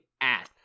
ass